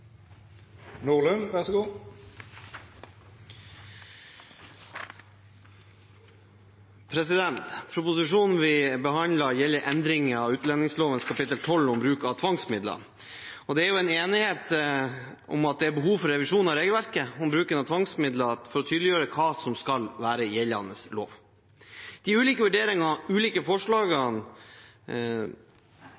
Proposisjonen vi behandler, gjelder endring av utlendingsloven kapittel 12 om bruk av tvangsmidler. Det er enighet om at det er behov for revisjon av regelverket om bruken av tvangsmidler, for å tydeliggjøre hva som skal være gjeldende lov. De ulike vurderingene av de ulike